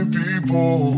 people